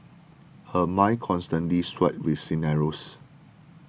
her mind constantly swirled with scenarios